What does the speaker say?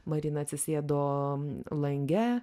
marina atsisėdo lange